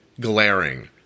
glaring